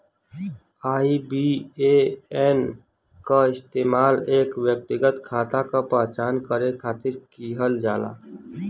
IBAN क इस्तेमाल एक व्यक्तिगत खाता क पहचान करे खातिर किहल जाला